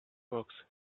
box